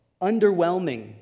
underwhelming